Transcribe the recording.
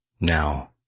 Now